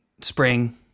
spring